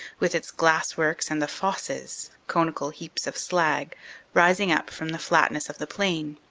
with its glass works and the fosses conical heaps of slag rising up from the flatness of the plain,